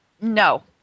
No